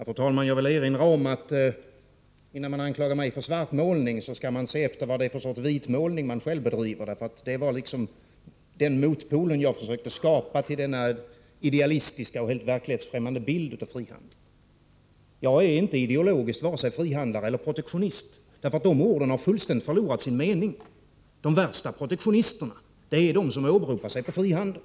Fru talman! Jag vill erinra om att innan man anklagar mig för svartmålning, skall man se efter vad det är för sorts vitmålning man själv bedriver. Jag försökte liksom skapa en motpol till denna idealistiska och verklighetsfrämmande bild av frihandeln. Jag är inte ideologiskt vare sig frihandlare eller protektionist, därför att de orden har fullständigt förlorat sin mening. De värsta protektionisterna är de som åberopar sig på frihandeln.